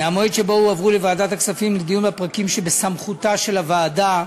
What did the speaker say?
מהמועד שבו הועברו לוועדת הכספים לדיון הפרקים שבסמכותה של הוועדה,